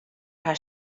har